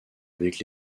avec